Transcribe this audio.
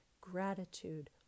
gratitude